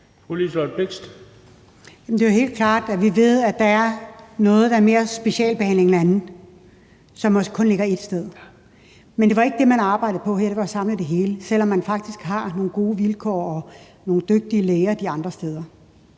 Det er jo helt klart; vi ved, at der er noget behandling, der er mere specialbehandling end andet, og som måske kun ligger ét sted. Men det var ikke det, man arbejdede på her; det var at samle det hele, selv om man faktisk har nogle gode vilkår og nogle dygtige læger de andre steder.